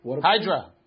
Hydra